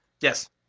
Yes